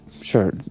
sure